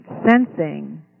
sensing